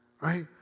right